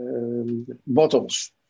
bottles